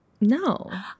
no